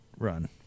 Run